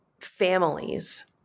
families